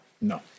No